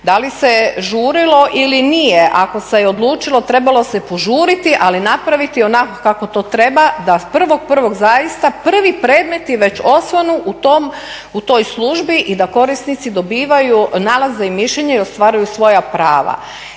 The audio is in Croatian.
Da li se žurilo ili nije, ako se odlučilo, trebalo se požuriti, ali napraviti onako kako to treba da 01.01. zaista prvi predmeti već osvanu u toj službi i da korisnici dobivaju nalaze i mišljenja i ostvaruju svoja prava